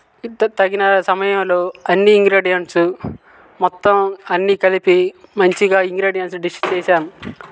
త తగిన సమయంలో అన్నీ ఇంగ్రీడియంట్సు మొత్తం అన్నీ కలిపి మంచిగా ఇంగ్రిడియంట్స్ డిష్ చేసాను